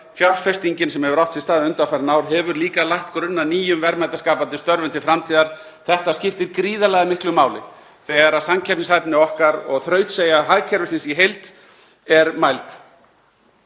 þróunarfjárfestingin sem hefur átt sér stað undanfarin ár hefur líka lagt grunn að nýjum verðmætaskapandi störfum til framtíðar. Þetta skiptir gríðarlega miklu máli þegar samkeppnishæfni okkar og þrautseigja hagkerfisins í heild er mæld;